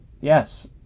yes